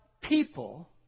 people